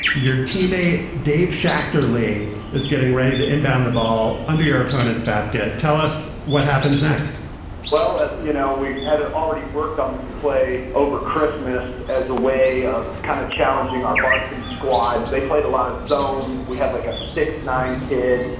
your teammate dave schachter lee is getting ready to inbound the ball under your opponent's basket. tell us what happens next well, as you know, we had already worked on this play over christmas as a way of kind of challenging our varsity squad. they played a lot of zone. we had like a six nine kid.